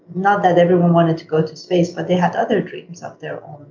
not that everyone wanted to go to space, but they have other dreams of their